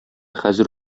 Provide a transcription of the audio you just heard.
хәзер